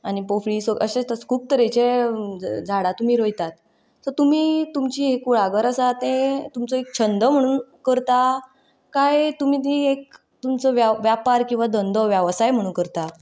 आनी पोफळी अशे खूब तरेचे झाडां तुमी रोयतात सो तुमी तुमची कुळागर आसा तें तुमचो एक छंद म्हणून करता काय तुमी ती एक तुमचो वेपार किंवा धंदो वेवसाय म्हणून करता